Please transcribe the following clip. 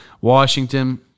Washington